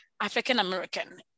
African-American